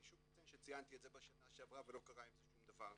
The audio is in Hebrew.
אני שוב מציין שציינתי את זה בשנה שעברה ולא קרה עם זה שום דבר.